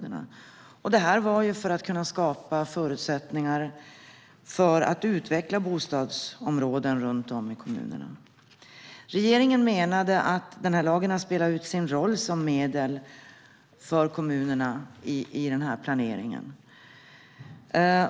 Detta var för att kunna skapa förutsättningar för att utveckla bostadsområden runt om i kommunerna. Regeringen menade att den här lagen har spelat ut sin roll som medel för kommunerna i den här planeringen.